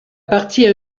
partie